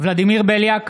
ולדימיר בליאק,